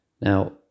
Now